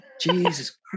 Jesus